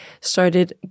started